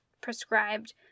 prescribed